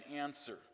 answer